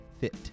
Fit